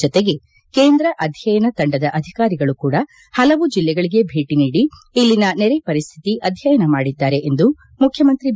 ಜತೆಗೆ ಕೇಂದ್ರ ಅಧ್ಯಯನ ತಂಡದ ಅಧಿಕಾರಿಗಳು ಕೂಡ ಹಲವು ಜಿಲ್ಲೆಗಳಿಗೆ ಭೇಟಿ ನೀಡಿ ಇಲ್ಲಿನ ನೆರೆ ಪರಿಸ್ಥಿತಿ ಅಧ್ಯಯನ ಮಾಡಿದ್ದಾರೆ ಎಂದು ಮುಖ್ಯಮಂತ್ರಿ ಬಿ